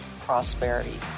Prosperity